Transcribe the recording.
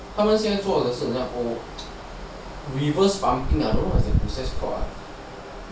他们现在做的是 reverse pumping ah what is that thing called ah